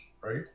right